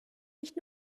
nicht